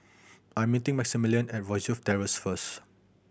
I'm meeting Maximillian at Rosyth Terrace first